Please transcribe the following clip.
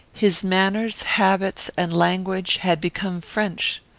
his manners, habits, and language, had become french.